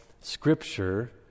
Scripture